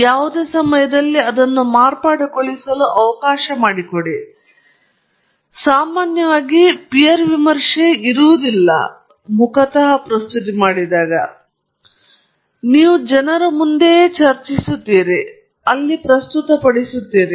ನೀವು ಅದನ್ನು ಪ್ರಸ್ತುತಪಡಿಸಿದ ಯಾವುದೇ ಸಮಯದಲ್ಲಿ ಸಾಮಾನ್ಯವಾಗಿ ನೀವು ಪೀರ್ ವಿಮರ್ಶೆ ಇಲ್ಲ ಅಂದರೆ ನೀವು ಅಲ್ಲಿಯೇ ಇದ್ದೀರಿ ನೀವು ಮುಂದೆ ಜನರೊಂದಿಗೆ ಚರ್ಚಿಸುತ್ತಿದ್ದೀರಿ ಮತ್ತು ನೀವು ಅದನ್ನು ಪ್ರಸ್ತುತಪಡಿಸುತ್ತಿದ್ದೀರಿ